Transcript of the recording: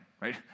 right